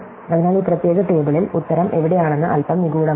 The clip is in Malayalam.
അതിനാൽ ഈ പ്രത്യേക ടേബിളിൽ ഉത്തരം എവിടെ ആണെന്ന് അൽപ്പം നിഗൂഡമാണ്